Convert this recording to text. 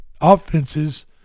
offenses